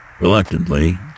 Reluctantly